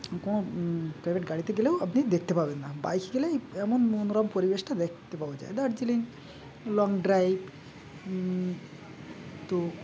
কোনো প্রাইভেট গাড়িতে গেলেও আপনি দেখতে পাবেন না বাইকে গেলেই এমন মনোরম পরিবেশটা দেখতে পাওয়া যায় দার্জিলিং লং ড্রাইভ তো